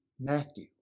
Matthew